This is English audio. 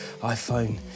iPhone